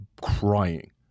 crying